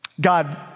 God